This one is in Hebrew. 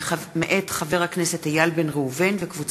מאת חברי הכנסת איל בן ראובן, מנואל